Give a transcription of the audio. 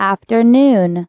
Afternoon